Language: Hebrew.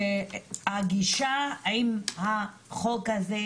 הגישה עם החוק הזה,